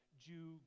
Jew